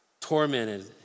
tormented